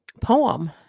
poem